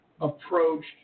Approached